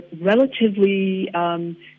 relatively